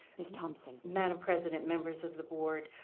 ms. thompson. madam president, members of the board,